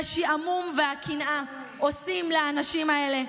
השעמום והקנאה עושים לאנשים האלה,